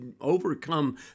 overcome